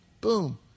Boom